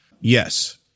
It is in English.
Yes